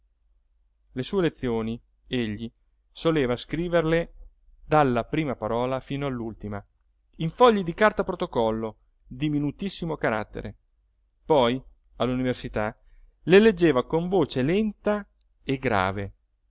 le sue lezioni egli soleva scriverle dalla prima parola fino all'ultima in fogli di carta protocollo di minutissimo carattere poi all'università le leggeva con voce lenta e grave